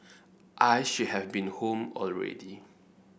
I should have been home already